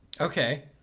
Okay